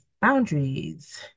boundaries